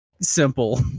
simple